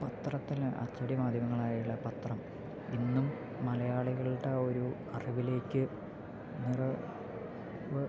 പത്രത്തില് അച്ചടി മാധ്യമങ്ങളായുള്ള പത്രം ഇന്നും മലയാളികളുടെ ഒരു അറിവിലേക്ക് അറിവ്